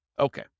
Okay